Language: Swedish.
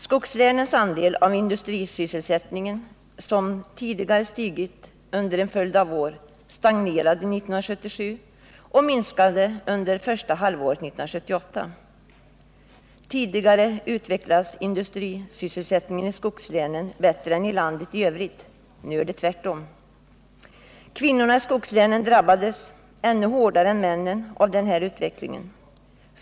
Skogslänens andel av industrisysselsättningen, som tidigare stigit under en följd av år, stagnerade 1977 och minskade under första halvåret 1978. Tidigare utvecklades industrisysselsättningen i skogslänen bättre än i landet i övrigt, nu är det tvärtom. Kvinnorna i skogslänen drabbades ännu hårdare än männen av denna utveckling.